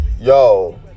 Yo